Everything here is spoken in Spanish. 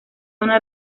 una